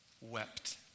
wept